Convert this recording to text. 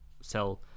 sell